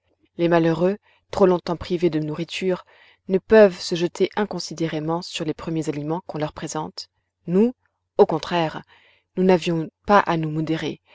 les malheureux trop longtemps privés de nourriture ne peuvent se jeter inconsidérément sur les premiers aliments qu'on leur présente nous au contraire nous n'avions pas à nous modérer